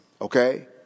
Okay